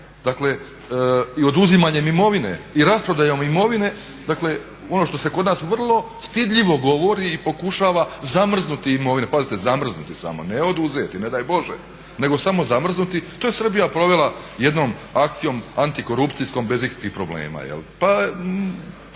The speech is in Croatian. i oduzimanjem imovine i rasprodajom imovine ono što se kod nas vrlo stidljivo govori i pokušava zamrznuti imovina. Pazite, zamrznuti samo ne oduzeti, ne daj Bože, nego samo zamrznuti, to je Srbija provela jednom akcijom antikorupcijskom bez ikakvih problema. Pa